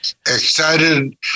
excited